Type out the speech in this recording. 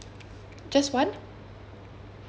just one